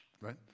right